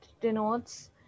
denotes